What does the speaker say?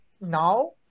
now